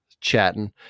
chatting